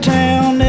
town